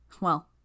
Well